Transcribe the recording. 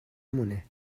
مونه